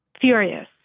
Furious